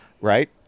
right